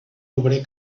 obrer